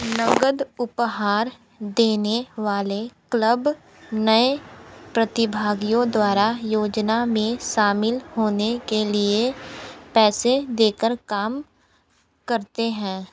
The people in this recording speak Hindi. नगद उपहार देने वाले क्लब नए प्रतिभागियों द्वारा योजना में शामिल होने के लिए पैसे दे कर काम करते हैं